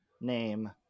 name